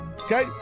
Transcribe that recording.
Okay